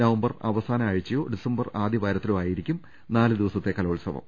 November അവസാന ആഴ്ചയോ December ആദ്യമോ ആയിരിക്കും നാലുദിവസത്തെ കലോത്സവം